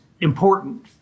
important